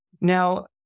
Now